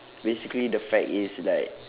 basically the fact is like